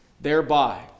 thereby